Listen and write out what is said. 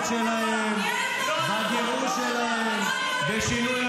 אנחנו לא נרד